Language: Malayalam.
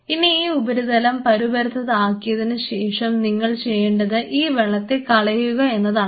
ഇനി ഈ ഉപരിതലം പരുപരുത്തത് ആക്കിയതിന് ശേഷം നിങ്ങൾ ചെയ്യേണ്ടത് ഈ വെള്ളത്തെ കളയുക എന്നതാണ്